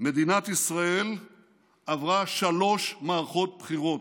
מדינת ישראל עברה שלוש מערכות בחירות,